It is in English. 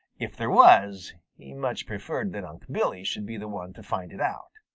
if there was, he much preferred that unc' billy should be the one to find it out.